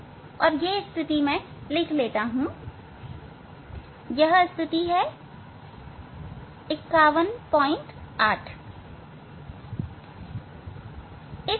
यह स्थिति मैं लिख लूंगा मैं लिखूंगा यह 518 है